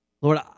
Lord